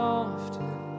often